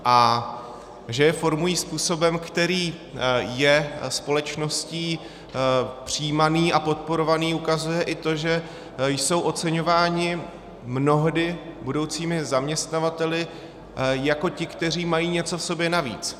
A že je formují způsobem, který je společností přijímaný a podporovaný, ukazuje i to, že jsou oceňováni mnohdy budoucími zaměstnavateli jako ti, kteří mají něco v sobě navíc.